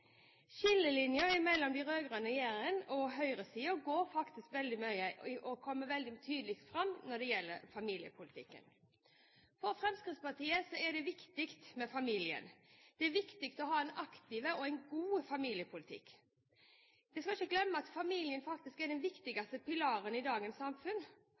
barnevern. Skillelinjene mellom den rød-grønne regjeringen og høyresiden kommer veldig tydelig fram i familiepolitikken. For Fremskrittspartiet er familien viktig. Det er viktig å ha en aktiv og god familiepolitikk. Man skal ikke glemme at familien faktisk er den viktigste pilaren i dagens samfunn.